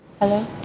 hello